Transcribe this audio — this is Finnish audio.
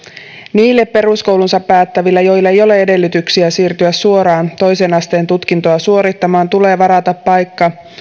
niille peruskoulunsa päättäville joilla ei ole edellytyksiä siirtyä suoraan toisen asteen tutkintoa suorittamaan tulee varata paikka